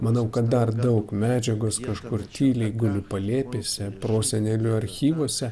manau kad dar daug medžiagos kažkur tyliai guli palėpėse prosenelių archyvuose